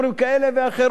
כאלה ואחרות.